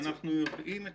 אנחנו יודעים את